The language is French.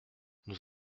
nous